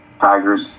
Tigers